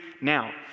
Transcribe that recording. now